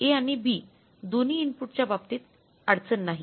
A आणि B दोन्ही इनपुटच्या बाबतीत अडचण नाही